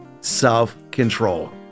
self-control